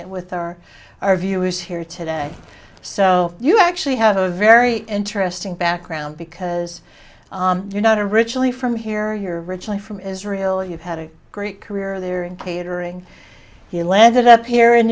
it with our our viewers here today so you actually have a very interesting background because you're not originally from here you're originally from israel you've had a great career there in catering he landed up here in